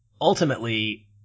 ultimately